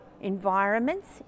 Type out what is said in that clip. environments